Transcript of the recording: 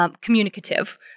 Communicative